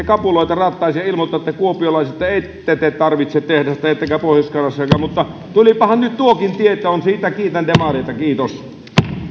kapuloita rattaisiin ja ilmoitatte kuopiolaisille että ette te tarvitse tehdasta ettekä pohjois karjalassakaan tulipahan nyt tuokin tietoon ja siitä kiitän demareita kiitos